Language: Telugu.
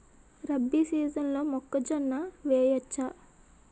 రబీ సీజన్లో మొక్కజొన్న వెయ్యచ్చా?